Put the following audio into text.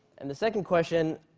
and the second question,